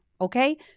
okay